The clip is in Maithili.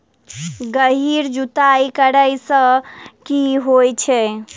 गहिर जुताई करैय सँ की होइ छै?